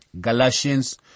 Galatians